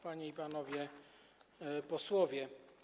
Panie i Panowie Posłowie!